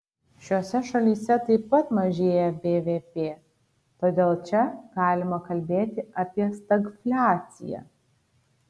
šiose šalyse taip pat mažėja bvp todėl čia galima kalbėti apie stagfliaciją